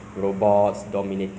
know life must be